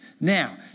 Now